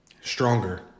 stronger